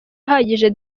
ahagije